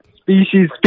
Species